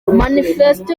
manifesto